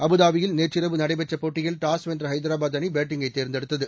அபுதாபியில் நேற்றிரவு நடைபெற்ற போட்டியில் டாஸ் வென்ற ஹைதராபாத் அணி பேட்டிங்கை தேர்ந்தெடுத்தது